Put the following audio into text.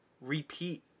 repeat